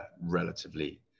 relatively